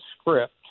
script